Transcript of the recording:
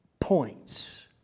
points